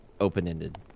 open-ended